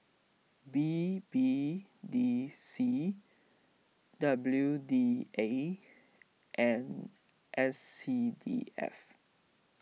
B B D C W D A and S C D F